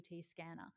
scanner